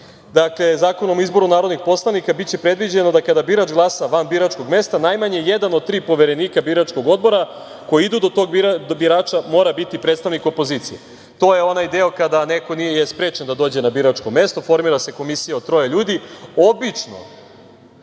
Zakonom o izboru narodnih poslanika biće predviđeno da kada birač glasa van biračkog mesta, najmanje jedan od tri poverenika biračkog odbora koji idu do birača mora biti predstavnik opozicije. To je onaj deo kada je neko sprečen da dođe na biračko mesto. Formira se komisija od troje ljudi. Obično